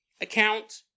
account